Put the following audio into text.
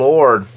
Lord